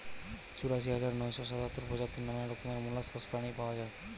চুরাশি হাজার নয়শ সাতাত্তর প্রজাতির নানা রকমের মোল্লাসকস প্রাণী পাওয়া যায়